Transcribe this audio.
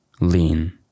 lean